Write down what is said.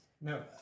No